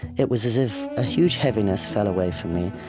it was as if a huge heaviness fell away from me,